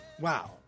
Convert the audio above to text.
Wow